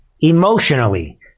emotionally